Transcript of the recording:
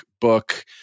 book